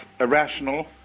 irrational